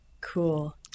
Cool